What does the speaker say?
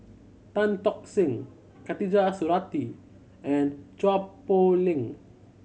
Tan Tock San Khatijah Surattee and Chua Poh Leng